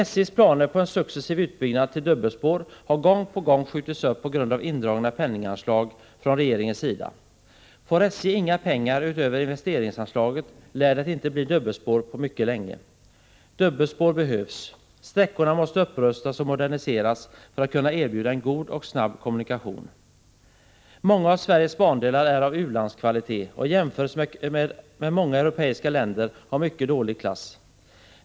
SJ:s planer på en successiv utbyggnad till dubbelspår har gång på gång skjutits upp på grund av indragna penninganslag från regeringens sida. Får SJ inga pengar utöver investeringsanslaget lär det inte bli dubbelspår på mycket länge. Dubbelspår behövs. Sträckorna måste upprustas och moderniseras för att kunna erbjuda en god och snabb kommunikation. Många av Sveriges bandelar är av u-landskvalitet och i jämförelse med många europeiska länder av mycket dålig klass.